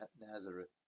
Nazareth